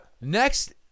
Next